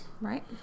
right